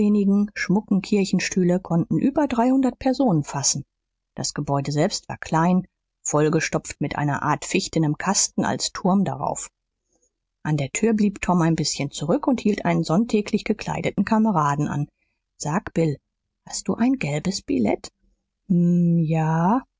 schmucken kirchenstühle konnten über dreihundert personen fassen das gebäude selbst war klein vollgestopft mit einer art fichtenem kasten als turm darauf an der tür blieb tom ein bißchen zurück und hielt einen sonntäglich gekleideten kameraden an sag bill hast du ein gelbes billett m ja